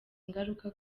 ingaruka